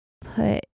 put